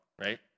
right